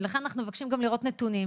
ולכן אנחנו מבקשים גם לראות נתונים,